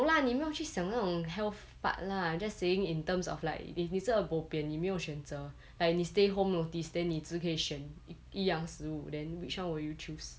no lah 你没有去想那种 health part lah just saying in terms of like 你真的 bo pian 你没有选择 like 你 stay home notice then 你只可以选一样食物 then which one will you choose